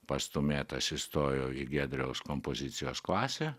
pastūmėtas įstojau į giedriaus kompozicijos klasę